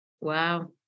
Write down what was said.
wow